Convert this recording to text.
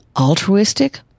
altruistic